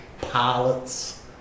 pilots